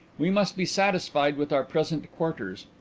we must be satisfied with our present quarters.